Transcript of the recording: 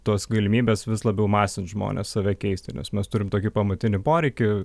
tos galimybės vis labiau masins žmones save keisti nes mes turim tokį pamatinį poreikį